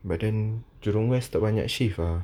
but then jurong west tak banyak shift ah